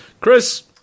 Chris